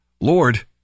Lord